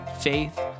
faith